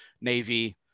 Navy